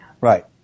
Right